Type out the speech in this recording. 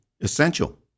essential